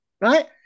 right